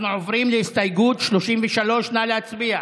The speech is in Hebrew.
אנחנו עוברים להסתייגות 33. נא להצביע.